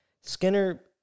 Skinner